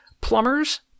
plumbers